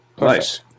Nice